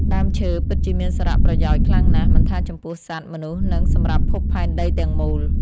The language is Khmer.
ដើមឈើពិតជាមានសារៈប្រយោជន៍ខ្លាំងណាស់មិនថាចំពោះសត្វ មនុស្សនិងសម្រាប់ភពផែនដីទាំងមូល។